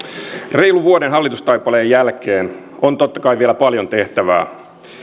reilun vuoden hallitustaipaleen jälkeen on totta kai vielä paljon tehtävää